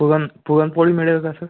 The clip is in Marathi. पुरण पुरणपोळी मिळेल का सर